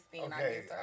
Okay